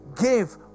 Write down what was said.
Give